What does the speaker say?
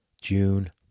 June